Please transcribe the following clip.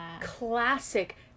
Classic